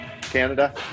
Canada